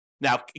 Now